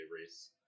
race